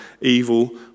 evil